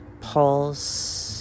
Pulse